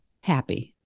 HAPPY